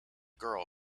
girl